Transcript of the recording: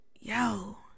Yo